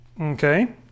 Okay